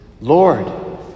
Lord